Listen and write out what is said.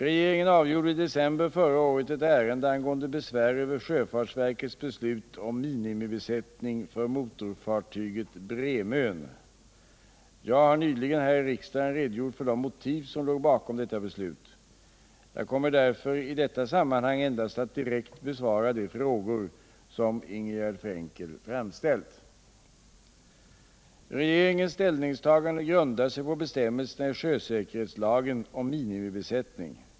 Regeringen avgjorde i december förra året ett ärende angående besvär över sjöfartsverkets beslut om minimibesättning för motorfartyget Bremön. Jag har nyligen här i riksdagen redogjort för de motiv som låg bakom detta beslut. Jag kommer därför i detta sammanhang endast att direkt besvara de frågor som Ingegärd Frenkel framställt. Regeringens ställningstagande grundar sig på bestämmelserna i sjösäkerhetslagen om minimibesättning.